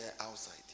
outside